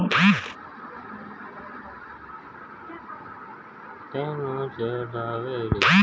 कृषि आरु जीव विज्ञान के डाटा मे खेती से संबंधित अध्ययन करलो जाय छै